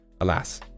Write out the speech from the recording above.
alas